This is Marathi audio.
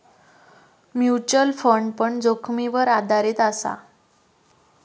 म्युचल फंड पण जोखीमीवर आधारीत असा